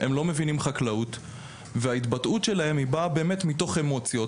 הם לא מבינים חקלאות וההתבטאות שלהם היא באה באמת מתוך אמוציות,